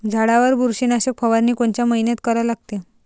झाडावर बुरशीनाशक फवारनी कोनच्या मइन्यात करा लागते?